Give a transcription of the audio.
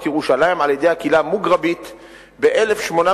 ירושלים על-ידי הקהילה המוגרבית ב-1866,